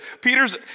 peters